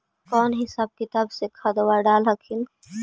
कौन हिसाब किताब से खदबा डाल हखिन?